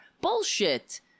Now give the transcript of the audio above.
Bullshit